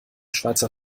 schweizer